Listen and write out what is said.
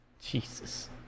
Jesus